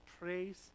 praise